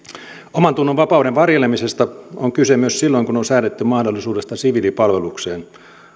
omantunnonvapauden varjelemisesta on kyse myös silloin kun on säädetty mahdollisuudesta siviilipalvelukseen